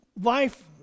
life